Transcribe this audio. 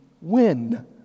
win